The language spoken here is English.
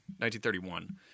1931